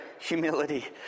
humility